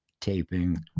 taping